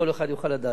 כל אחד יוכל לדעת.